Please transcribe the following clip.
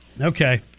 Okay